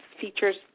features